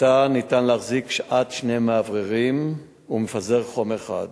בתא ניתן להחזיק עד שני מאווררים ומפזר חום אחד,